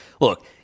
Look